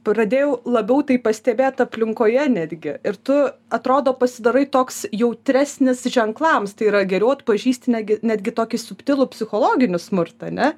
pradėjau labiau tai pastebėt aplinkoje netgi ir tu atrodo pasidarai toks jautresnis ženklams tai yra geriau atpažįsti negi netgi tokį subtilų psichologinį smurtą ne